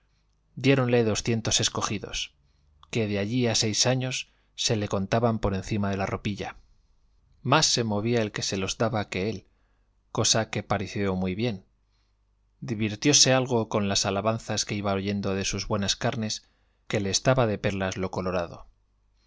costillas diéronle doscientos escogidos que de allí a seis años se le contaban por encima de la ropilla más se movía el que se los daba que él cosa que pareció muy bien divirtióse algo con las alabanzas que iba oyendo de sus buenas carnes que le estaba de perlas lo colorado